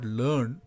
learn